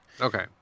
Okay